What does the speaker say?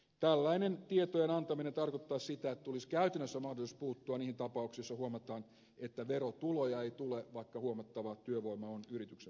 tällainen tietojen antaminen tarkoittaisi sitä että tulisi käytännössä mahdollisuus puuttua niihin tapauksiin joissa huomataan että verotuloja ei tule vaikka huomattava työvoima on yrityksen palveluksessa